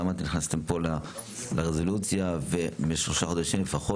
למה נכנסתם לרזולוציה של: "במשך 3 חודשים לפחות"?